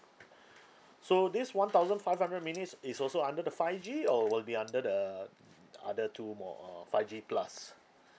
so this one thousand five hundred minutes is also under the five G or will be under the other two more uh five G plus